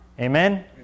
Amen